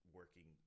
working